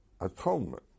atonement